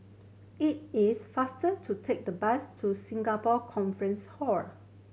it is faster to take the bus to Singapore Conference Hall